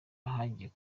hagiye